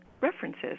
references